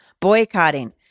boycotting